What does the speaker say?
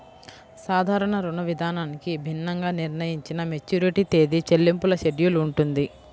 సాధారణ రుణవిధానానికి భిన్నంగా నిర్ణయించిన మెచ్యూరిటీ తేదీ, చెల్లింపుల షెడ్యూల్ ఉంటుంది